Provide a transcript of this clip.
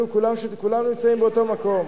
כולם נמצאים באותו מקום.